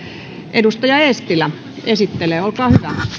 edustaja eestilä esittelee olkaa hyvä